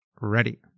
Ready